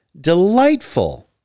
delightful